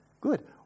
Good